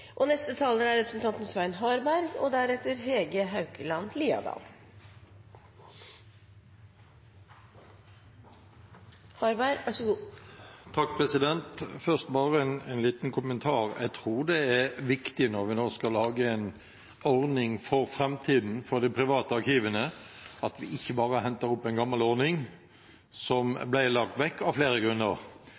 Først bare en liten kommentar: Jeg tror det er viktig når vi nå skal lage en ordning for framtiden for de private arkivene, at vi ikke bare henter opp en gammel ordning som av flere grunner ble lagt